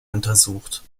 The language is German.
untersucht